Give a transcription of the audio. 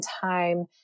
time